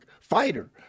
fighter